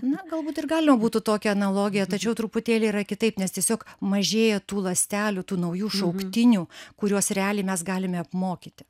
na galbūt ir galima būtų tokią analogiją tačiau truputėlį yra kitaip nes tiesiog mažėja tų ląstelių tų naujų šauktinių kuriuos realiai mes galime apmokyti